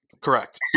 correct